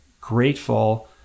grateful